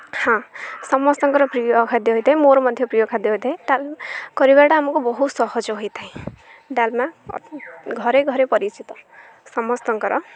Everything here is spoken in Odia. ହଁ ସମସ୍ତଙ୍କର ପ୍ରିୟ ଖାଦ୍ୟ ହୋଇଥାଏ ମୋର ମଧ୍ୟ ପ୍ରିୟ ଖାଦ୍ୟ ଡ଼ାଲମା କରିବାଟା ଆମକୁ ବହୁତ ସହଜ ହୋଇଥାଏ ଡାଲମା ଘରେ ଘରେ ପରିଚିତ ସମସ୍ତଙ୍କର